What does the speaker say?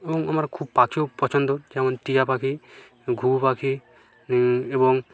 এবং আমার খুব পাখিও পছন্দ যেমন টিয়া পাখি ঘুঘু পাখি এবং